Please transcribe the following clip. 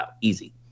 easy